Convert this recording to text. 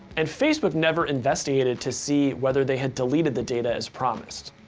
and facebook never investigated to see whether they had deleted the data as promised.